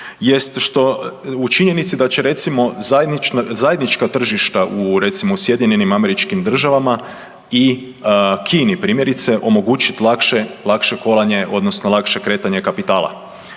u činjenici da će recimo zajednička tržišta u, recimo, u SAD-u i Kini primjerice, omogućiti lakše kolanje, odnosno lakše kretanje kapitala.